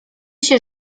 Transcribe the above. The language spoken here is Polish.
się